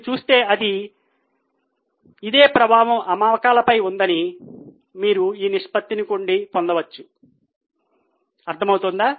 మీరు చూస్తే ఇదే ప్రభావం అమ్మకాలపై ఉందని మీరు ఈ నిష్పత్తి నుండి పొందవచ్చు అర్థమవుతుందా